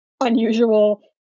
unusual